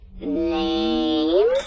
Name